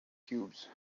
cubes